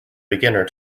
beginner